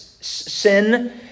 Sin